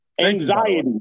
Anxiety